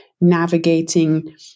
navigating